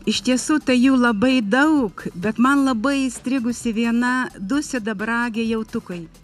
iš tiesų tai jų labai daug bet man labai įstrigusi viena du sidabragiai jautukai